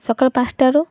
ସକାଳ ପାଞ୍ଚଟାରୁ